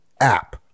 app